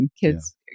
Kids